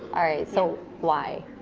all right, so why?